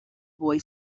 boy